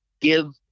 give